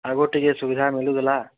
ଆଗ୍ରୁ ଟିକେ ସୁବିଧା ମିଲୁଥିଲା